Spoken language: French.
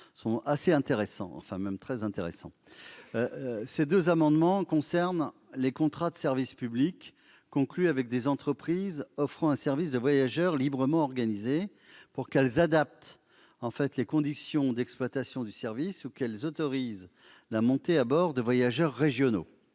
Ces deux amendements identiques sont très intéressants. Ils concernent les contrats de service public conclus avec des entreprises offrant un service de voyageurs librement organisé pour qu'elles adaptent les conditions d'exploitation du service ou qu'elles autorisent la montée à bord de voyageurs régionaux.